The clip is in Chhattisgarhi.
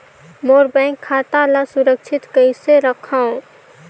मोर बैंक खाता ला सुरक्षित कइसे रखव?